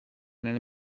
nel